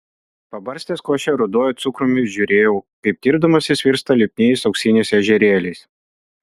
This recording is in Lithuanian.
pabarstęs košę ruduoju cukrumi žiūrėjau kaip tirpdamas jis virsta lipniais auksiniais ežerėliais